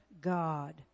God